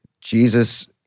Jesus